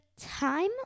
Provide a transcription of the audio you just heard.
time